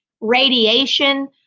radiation